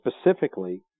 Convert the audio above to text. specifically –